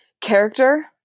character